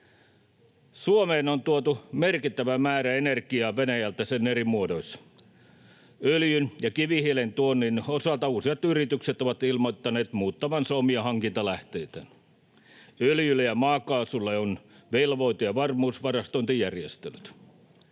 Suomeen on tuotu Venäjältä merkittävä määrä energiaa sen eri muodoissa. Öljyn ja kivihiilen tuonnin osalta useat yritykset ovat ilmoittaneet muuttavansa omia hankintalähteitään. Öljylle ja maakaasulle on velvoite- ja varmuusvarastointijärjestelyt.